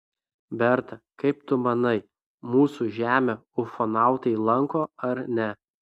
berta kaip tu manai mūsų žemę ufonautai lanko ar ne